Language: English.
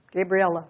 Gabriella